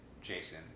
Jason